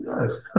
Yes